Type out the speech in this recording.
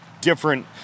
different